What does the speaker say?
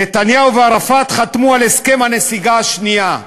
"נתניהו וערפאת חתמו על הסכם הנסיגה השנייה"